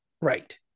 right